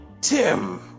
Tim